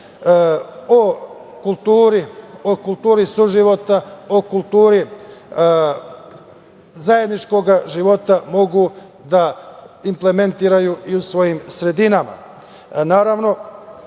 o kulturi suživota, o kulturi zajedničkog života mogu da impelmentiraju i u svojim sredinama. Naravno,